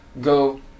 go